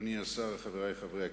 אדוני השר, חברי חברי הכנסת,